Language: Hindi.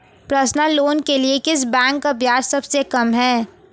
पर्सनल लोंन के लिए किस बैंक का ब्याज सबसे कम है?